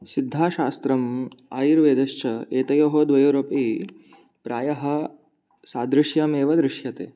सिद्धाशास्त्रम् आयुर्वेदस्य एतयोः द्वयोरपि प्रायः सादृश्यमेव दृश्यते